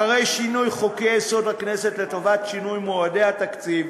אחרי שינוי חוק-יסוד: הכנסת לטובת שינוי מועדי התקציב,